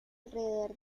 alrededor